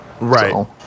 right